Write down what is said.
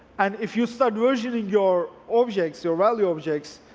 and if you start versioning your objects, your value objects,